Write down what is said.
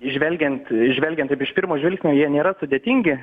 žvelgiant žvelgiant taip iš pirmo žvilgsnio jie nėra sudėtingi